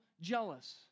jealous